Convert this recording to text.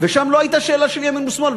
ושם לא הייתה שאלה של ימין ושמאל,